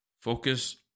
Focus